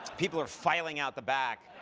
people are filing out the back.